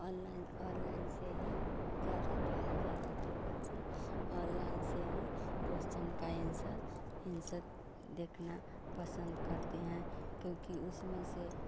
online online से ही ज़्यादातर ज़्यादातर बच्चे ऑनलाइन से ही कोश्चन का एन्सर एन्सर देखना पसंद करते हैं क्योंकि उसमें से